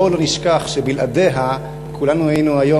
בואו לא נשכח שבלעדיה כולנו היינו היום